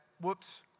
Whoops